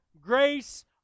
grace